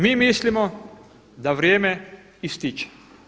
Mi mislimo da vrijeme ističe.